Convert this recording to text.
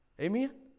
Amen